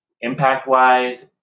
impact-wise